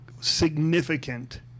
significant